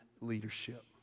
leadership